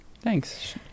Thanks